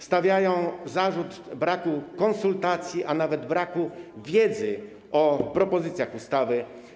Stawiają oni zarzut braku konsultacji, a nawet braku wiedzy o propozycjach ustawy.